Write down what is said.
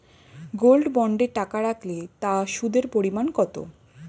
Gold বন্ডে টাকা রাখলে তা সুদের পরিমাণ কত?